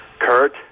Kurt